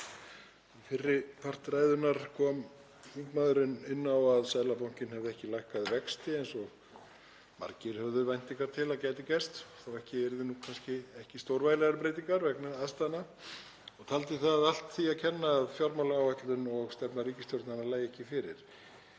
fyrri parti ræðunnar kom þingmaðurinn inn á að Seðlabankinn hefði ekki lækkað vexti eins og margir höfðu væntingar til að gæti gerst þótt ekki yrðu kannski ekki stórvægilegar breytingar vegna aðstæðna. Hann taldi það allt því að kenna að fjármálaáætlun og stefna ríkisstjórnarinnar lægi ekki fyrir.